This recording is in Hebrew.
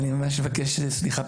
אני ממש מבקש סליחה.